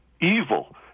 evil